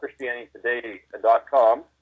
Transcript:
christianitytoday.com